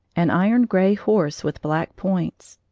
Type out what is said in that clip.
an iron-gray horse with black points.